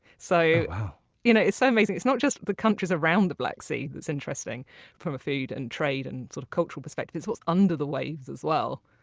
so you know it's um amazing that it's not just the countries around the black sea that's interesting from a food and trade and sort of cultural perspective, it's what's under the waves as well